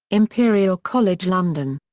imperial college london.